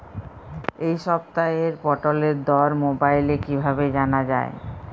এই সপ্তাহের পটলের দর মোবাইলে কিভাবে জানা যায়?